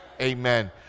Amen